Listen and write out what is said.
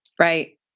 Right